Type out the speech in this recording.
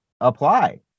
apply